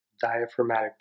diaphragmatic